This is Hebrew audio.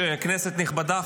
כנסת נכבדה,